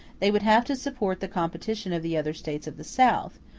they would have to support the competition of the other states of the south,